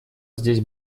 здесь